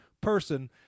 person